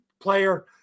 player